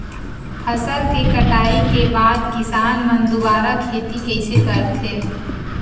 फसल के कटाई के बाद किसान मन दुबारा खेती कइसे करथे?